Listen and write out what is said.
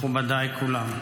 מכובדיי כולם,